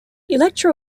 electro